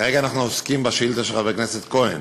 כרגע אנחנו עוסקים בשאילתה של חבר הכנסת כהן.